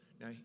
now